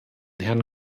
herrn